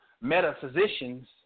Metaphysicians